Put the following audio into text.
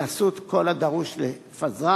לעשות את כל הדרוש לפזרם,